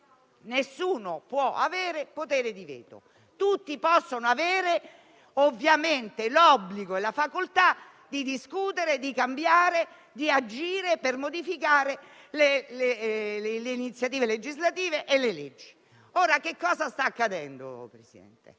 nessuno può avere potere di veto. Tutti possono avere, ovviamente, l'obbligo e la facoltà di discutere, di cambiare, di agire per modificare le iniziative legislative e le leggi. Io e larghissima parte dei miei